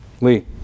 Lee